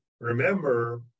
remember